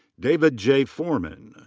david j. foreman.